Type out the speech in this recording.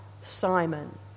Simon